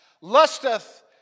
lusteth